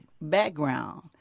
background